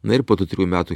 na ir po tų trijų metų